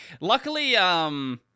Luckily